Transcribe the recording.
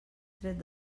tret